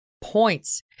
points